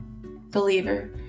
believer